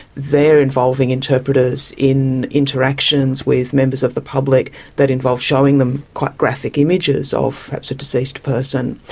they are involving interpreters in interactions with members of the public that involve showing them quite graphic images of perhaps a deceased person.